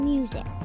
Music